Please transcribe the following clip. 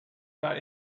not